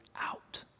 out